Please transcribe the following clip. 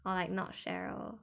or like not cheryl